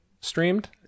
streamed